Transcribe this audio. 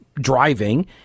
driving